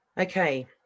Okay